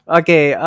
okay